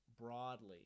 broadly